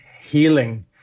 healing